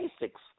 basics